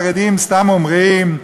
החרדים סתם אומרים,